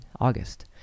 August